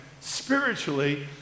spiritually